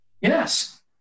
Yes